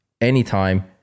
anytime